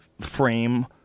frame